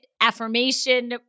affirmation